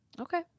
Okay